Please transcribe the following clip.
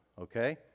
okay